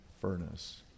furnace